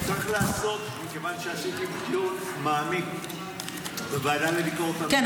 מכיוון שעשיתי דיון מעמיק בוועדה לביקורת המדינה --- כן,